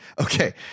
Okay